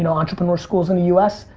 and entrepreneur schools in the u s,